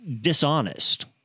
dishonest